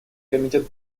комитет